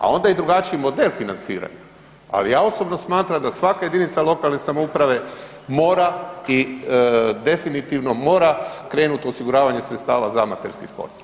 Ali onda je i drugačiji model financiranja, ali ja osobno smatram da svaka jedinica lokalne samouprave mora i definitivno mora krenuti u osiguravanje sredstava za amaterski sport.